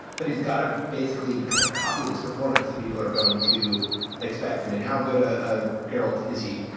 but he's got to basically kind of copy this performance that people are going to expect. i mean, how good a ah garralda is he?